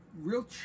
real